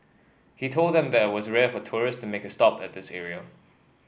he told them that was rare for tourists make a stop at this area